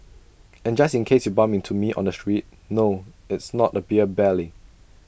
also just in case you bump into me on the streets no it's not A beer belly